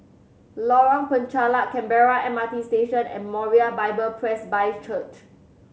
Lorong Penchalak Canberra M R T Station and Moriah Bible Presby Church